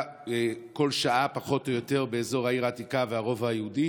ובכל שעה פחות או יותר נפגעים באזור העיר העתיקה והרובע היהודי